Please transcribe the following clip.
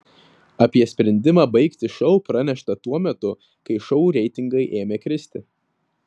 apie sprendimą baigti šou pranešta tuo metu kai šou reitingai ėmė kristi